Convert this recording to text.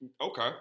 Okay